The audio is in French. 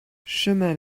chemin